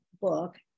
book